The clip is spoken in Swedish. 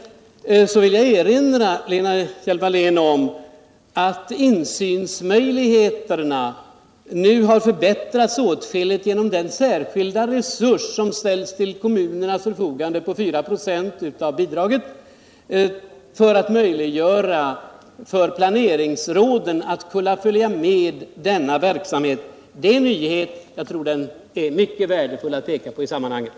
vill jag erinra Lena Hjelm-Wallén om att insynsmöjligheterna nu har förbättrats åtskilligt genom den särskilda resurs som ställs till kommunernas förfogande på 4 ?6 av bidraget för att möjliggöra för planeringsråden att följa med denna verksamhet. Det är en nyhet, och jag tror att det är mycket värdefullt att kunna peka på den i sammanhanget.